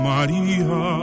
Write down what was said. Maria